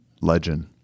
legend